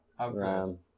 Okay